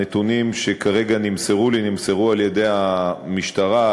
הנתונים שכרגע נמסרו לי נמסרו על-ידי המשטרה,